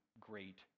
great